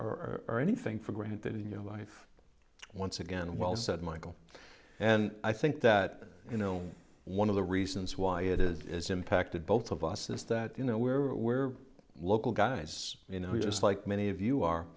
anything for granted in your life once again well said michael and i think that you know one of the reasons why it is impacted both of us is that you know we're we're local guys you know just like many of you are